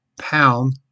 Pound